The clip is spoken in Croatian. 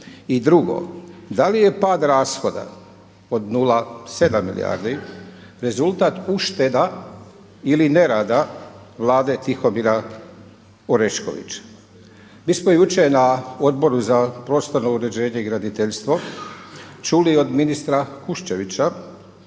I drugo, da li je pad rashoda od 0,7 milijardi rezultat ušteda ili nerada Vlade Tihomira Oreškovića. Mi smo jučer na Odboru za prostorno uređenje i graditeljstvo čuli od ministra Kušćevića